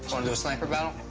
um do a sniper battle?